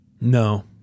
No